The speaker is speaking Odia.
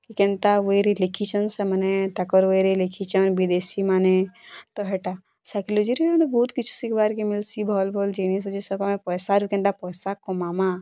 କେନ୍ତା ୱେରେ ଲେଖିଚନ୍ ସେମାନେ ତାଙ୍କର୍ ୱେରେ ଲେଖିଚନ୍ ବିଦେଶୀମାନେ ତ ହେଟା ସାଇକୋଲୋଜିରୁ ବି ବହୁତ୍ କିଛି ଶିଖବାର୍ କେ ମିଲ୍ସି ଭଲ୍ ଭଲ୍ ଜିନିଷ୍ ଅଛି ସେଟା ଆମେ ପଇସାରୁ କେନ୍ତା ପଇସା କମାମାଁ